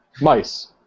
mice